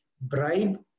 bribe